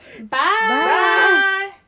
Bye